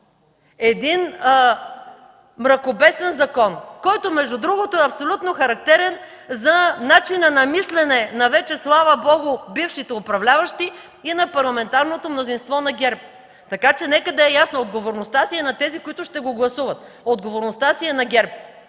един мракобесен закон, който между другото е абсолютно характерен за начина на мислене на вече, слава Богу, бившите управляващи и на парламентарното мнозинство на ГЕРБ, така че нека да е ясно – отговорността си е на тези, които ще го гласуват. Отговорността си е на ГЕРБ!